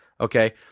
okay